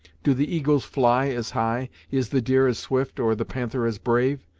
do the eagles fly as high, is the deer as swift or the panther as brave?